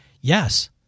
yes